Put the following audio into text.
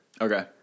Okay